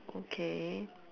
okay